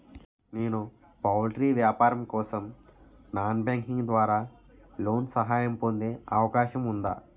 నేను పౌల్ట్రీ వ్యాపారం కోసం నాన్ బ్యాంకింగ్ ద్వారా లోన్ సహాయం పొందే అవకాశం ఉందా?